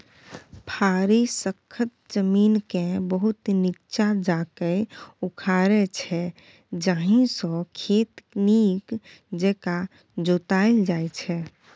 फारी सक्खत जमीनकेँ बहुत नीच्चाँ जाकए उखारै छै जाहिसँ खेत नीक जकाँ जोताएल जाइ छै